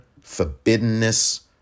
forbiddenness